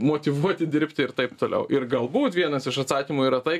motyvuoti dirbti ir taip toliau ir galbūt vienas iš atsakymų yra tai